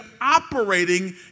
operating